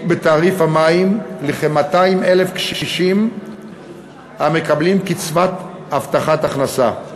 בתעריף המים לכ-200,000 קשישים המקבלים קצבת הבטחת הכנסה.